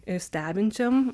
ir stebinčiam